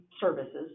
services